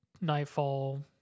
Nightfall